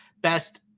best